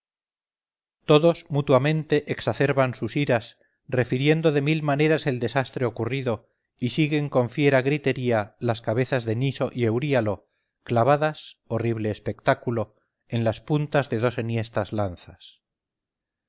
todos mutuamente exacerban sus iras refiriendo de mil maneras el desastre ocurrido y siguen con fiera gritería las cabezas de niso y euríalo clavadas horrible espectáculo en las puntas de dos enhiestas lanzas